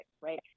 right